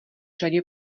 řadě